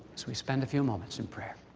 as we spend a few moments in prayer.